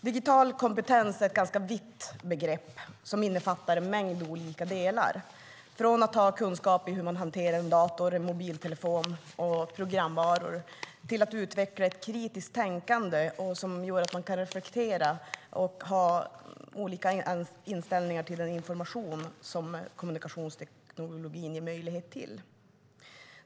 Digital kompetens är ett ganska vitt begrepp som innefattar en mängd olika delar, från att ha kunskap i hur man hanterar en dator, en mobiltelefon och programvaror till att utveckla ett kritiskt tänkande som gör att man kan reflektera och ha olika inställning till den information som kommunikationsteknologin ger möjlighet till.